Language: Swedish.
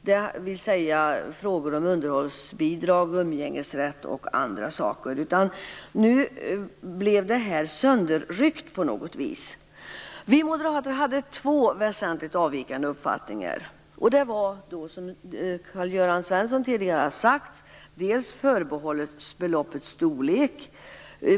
Det gäller frågor om underhållsbidrag och om umgängesrätt. Nu blev allt sönderryckt på något vis. Vi moderater hade två väsentligt avvikande uppfattningar. Det gällde - som Karl-Gösta Svenson redan tidigare har sagt - till att börja med förbehållsbeloppets storlek.